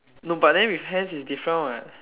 no but then with hands is different what